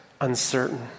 uncertain